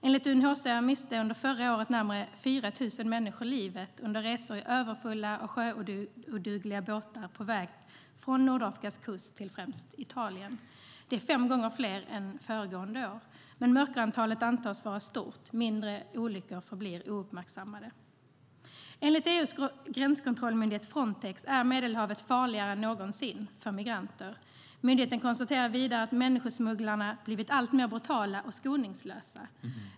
Enligt UNHCR miste förra året närmare 4 000 människor livet under resor i överfulla och sjöodugliga båtar på väg från Nordafrikas kust till främst Italien. Det är fem gånger fler än under föregående år. Men mörkertalet antas vara stort, då mindre olyckor förblir ouppmärksammade. Enligt EU:s gränskontrollmyndighet Frontex är Medelhavet farligare än någonsin för migranter. Myndigheten konstaterar vidare att människosmugglarna blivit alltmer brutala och skoningslösa.